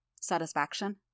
Satisfaction